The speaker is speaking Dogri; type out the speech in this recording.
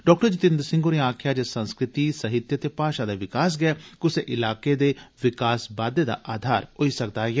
डॉ जितेन्द्र सिंह होरें आक्खेआ जे संस्कृति साहित्य ते भाषा दा विकास गै कुसै इलाके दे विकास बाददे दा आघार होई सकदा ऐ